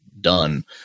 done